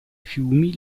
fiumi